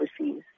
overseas